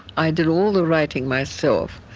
i did all the writing myself,